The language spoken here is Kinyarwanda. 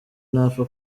ntapfa